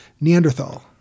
neanderthal